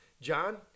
John